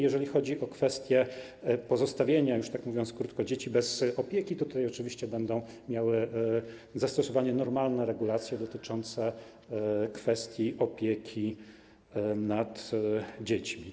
Jeżeli chodzi o kwestie pozostawienia, mówiąc krótko, dzieci bez opieki, to tutaj oczywiście będą miały zastosowanie normalne regulacje dotyczące kwestii opieki nad dziećmi.